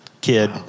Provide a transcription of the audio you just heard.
kid